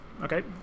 okay